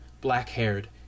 black-haired